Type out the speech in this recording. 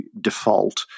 default